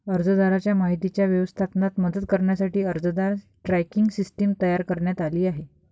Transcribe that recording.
अर्जदाराच्या माहितीच्या व्यवस्थापनात मदत करण्यासाठी अर्जदार ट्रॅकिंग सिस्टीम तयार करण्यात आली आहे